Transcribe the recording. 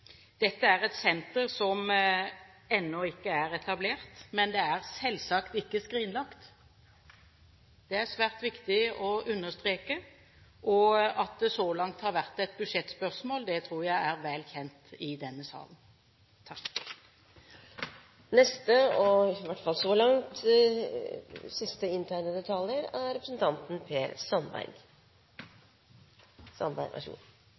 Dette er et senter som ennå ikke er etablert, men det er selvsagt ikke skrinlagt. Det er svært viktig å understreke. At det så langt har vært et budsjettspørsmål, tror jeg er vel kjent i denne sal. Jeg skal prøve å avslutte debatten igjen. Når man går inn i en debatt, er